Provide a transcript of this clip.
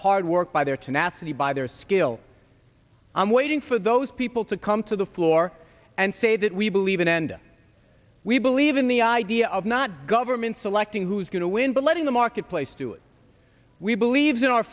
hard work by their tenacity by their skill i'm waiting for those people to come to the floor and say that we believe in and we believe in the idea of not government selecting who's going to win but letting the marketplace do it we believes in our